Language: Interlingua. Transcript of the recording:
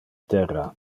terra